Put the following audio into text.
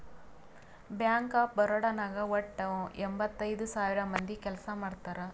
bank of Baroda ನಾಗ್ ವಟ್ಟ ಎಂಭತ್ತೈದ್ ಸಾವಿರ ಮಂದಿ ಕೆಲ್ಸಾ ಮಾಡ್ತಾರ್